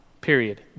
period